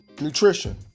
nutrition